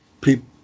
people